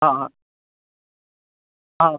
ആ ആ ആ